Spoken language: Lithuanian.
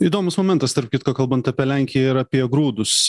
įdomus momentas tarp kitko kalbant apie lenkiją ir apie grūdus